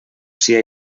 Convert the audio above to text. sia